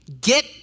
get